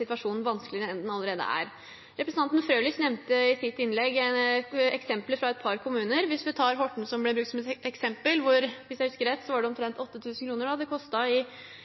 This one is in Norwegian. situasjonen vanskeligere enn den allerede er. Representanten Frølich nevnte i sitt innlegg eksempler fra et par kommuner. Hvis vi tar Horten, som ble brukt som eksempel og hvis jeg husker rett, hvor det koster omtrent 8 000 kr i avgifter til kommunen, så